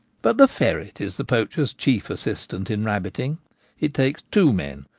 but the ferret is the poacher's chief assistant in rabbiting it takes two men,